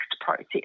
process